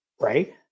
right